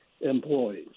employees